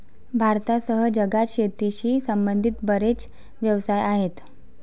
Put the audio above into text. भारतासह जगात शेतीशी संबंधित बरेच व्यवसाय आहेत